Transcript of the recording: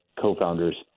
co-founders